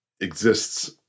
exists